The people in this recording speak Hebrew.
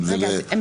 אם זה לשיפוץ.